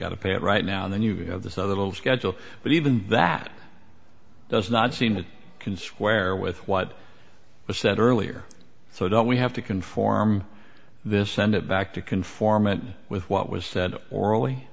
got to pay it right now and then you have this other little schedule but even that does not seem that can square with what was said earlier so don't we have to conform this send it back to conformance with what was said or